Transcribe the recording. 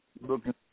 looking